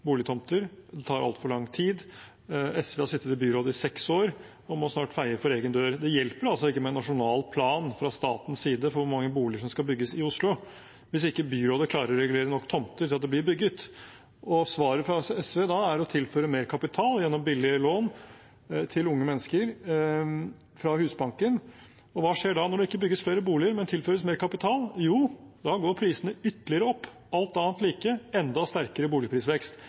boligtomter. Det tar altfor lang tid. SV har sittet i byrådet i seks år og må snart feie for egen dør. Det hjelper altså ikke med en nasjonal plan fra statens side for hvor mange boliger som skal bygges i Oslo, hvis ikke byrådet klarer å regulere nok tomter til at det blir bygget. Svaret fra SV er å tilføre mer kapital gjennom billige lån til unge mennesker fra Husbanken. Og hva skjer da når det ikke bygges flere boliger, men tilføres mer kapital? Jo, da går prisene ytterligere opp, alt annet like – enda sterkere boligprisvekst.